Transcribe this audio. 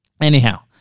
Anyhow